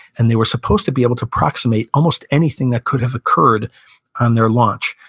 and they were supposed to be able to approximate almost anything that could have occurred on their launch.